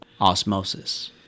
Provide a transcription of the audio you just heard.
osmosis